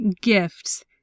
gifts